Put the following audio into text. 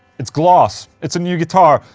it's gloss, it's a new guitar.